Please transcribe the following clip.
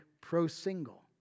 pro-single